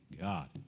God